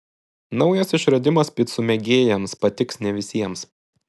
naujas išradimas picų mėgėjams patiks ne visiems